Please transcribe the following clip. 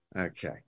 Okay